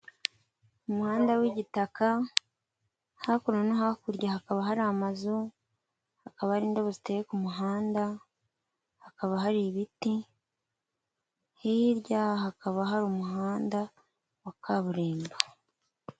Umuhanda w' gitaka, hakuno no hakurya hakaba hari amazu, hakaba hari indabo ziteye ku muhanda, hakaba hari ibiti hirya hakaba hari umuhanda wa kaburimbo.